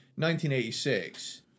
1986